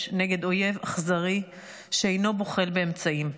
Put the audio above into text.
נגד אויב אכזרי שאינו בוחל באמצעים.